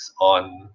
on